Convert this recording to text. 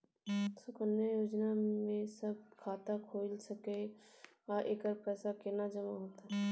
सुकन्या योजना म के सब खाता खोइल सके इ आ एकर पैसा केना जमा होतै?